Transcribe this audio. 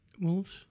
Wolves